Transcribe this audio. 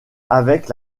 avec